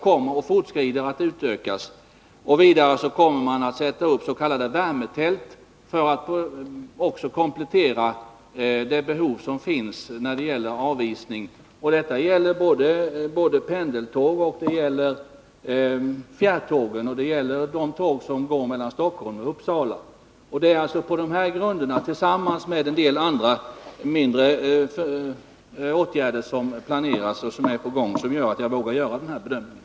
Vidare kommer man som komplettering att sätta upp s.k. värmetält för att möta de övriga behov som finns när det gäller avisning. Detta gäller både pendeltåg och fjärrtåg, och det gäller de tåg som går mellan Stockholm och Uppsala. Det är detta, tillsammans med en del andra mindre åtgärder som planeras och som är på gång, som gör att jag vågar göra den här bedömningen.